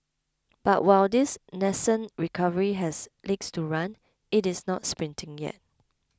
but while this nascent recovery has legs to run it is not sprinting yet